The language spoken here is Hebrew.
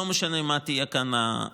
לא משנה מה תהיה ההחלטה.